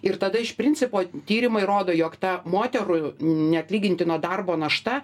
ir tada iš principo tyrimai rodo jog ta moterų neatlygintino darbo našta